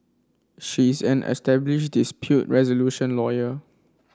she is an established dispute resolution lawyer